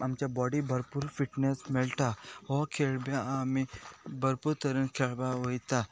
आमच्या बॉडीक भरपूर फिटनेस मेळटा हो खेळ आमी बरपूर तरेन खेळपाक वयता